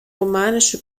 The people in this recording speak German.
romanische